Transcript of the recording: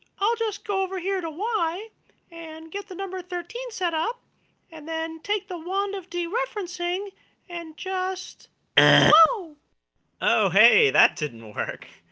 i'll just go over here to y and get the number thirteen set up and then take the wand of dereferencing and just oh. narrator oh, hey, that didn't work.